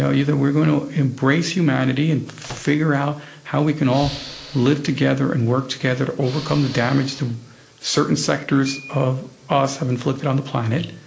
so either we're going to embrace humanity and figure out how we can all live together and work together to overcome the damage that certain sectors of us have inflicted on the planet,